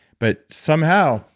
but somehow,